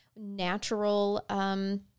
natural